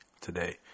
today